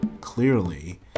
clearly